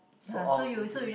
so all is okay